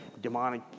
demonic